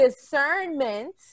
discernment